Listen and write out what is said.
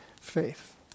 faith